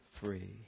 free